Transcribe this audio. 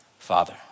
Father